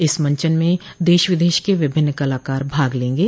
इस मंचन में देश विदेश के विभिन्न कलाकार भाग लेंगे